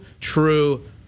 true